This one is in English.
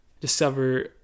discover